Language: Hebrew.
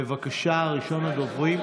בבקשה, ראשון הדוברים.